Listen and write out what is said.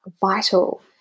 vital